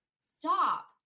Stop